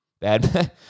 bad